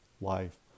life